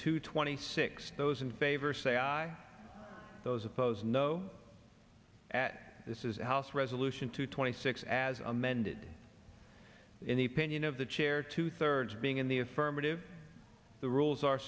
two twenty six those in favor say aye those opposed no at this is house resolution two twenty six as amended in the pinion of the chair two thirds being in the affirmative the rules are